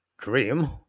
Dream